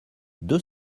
deux